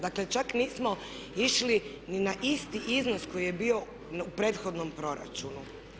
Dakle, čak nismo išli ni na isti iznos koji je bio u prethodnom proračunu.